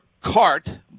CART